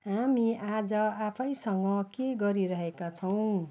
हामी आज आफैसँग के गरिरहेका छौँ